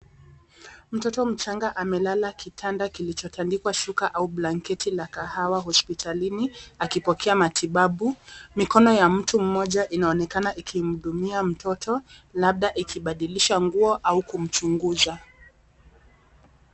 Mtoto mchanga amelala kitanda kilichotandikwa shuka au blanketi la kahawa hospitalini akipokea matibabu. Mikono ya mtu mmoja inaonekana ikimhudumia mtoto, labda ikibadilisha nguo au kumchunguza.